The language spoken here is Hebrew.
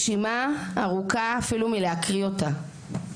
והרשימה ארוכה, אפילו מלהקריא אותה.